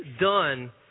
done